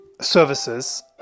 services